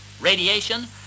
radiation